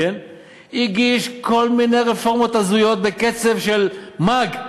הגיש כל מיני רפורמות הזויות בקצב של מאג,